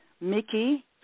Mickey